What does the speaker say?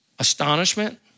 Astonishment